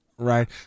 Right